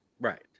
Right